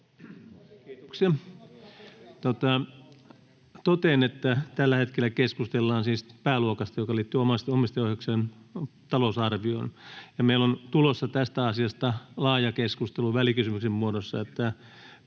Kiitoksia. — Totean, että tällä hetkellä keskustellaan siis pääluokasta, joka liittyy omistajaohjauksen talousarvioon, ja meillä on tulossa tästä asiasta laaja keskustelu välikysymyksen muodossa.